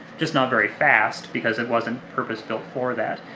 just not very fast because it wasn't purpose-built for that.